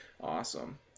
awesome